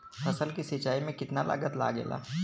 फसल की सिंचाई में कितना लागत लागेला?